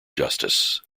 justice